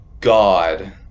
god